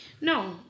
No